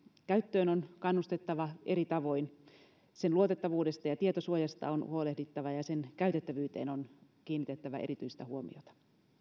käyttöön on kannustettava eri tavoin sen luotettavuudesta ja tietosuojasta on huolehdittava ja sen käytettävyyteen on kiinnitettävä erityistä huomiota